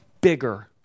bigger